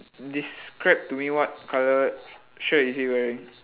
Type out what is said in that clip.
describe to me what colour shirt is he wearing